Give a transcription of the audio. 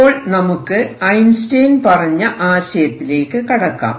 അപ്പോൾ നമുക്ക് ഐൻസ്റ്റൈൻ പറഞ്ഞ ആശയത്തിലേക്ക് കടക്കാം